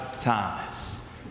Thomas